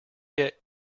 get